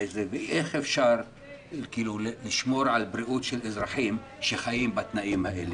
ואיך אפשר לשמור על בריאות של אזרחים שחיים בתנאים האלה?